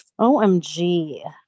OMG